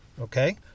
Okay